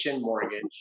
mortgage